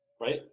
right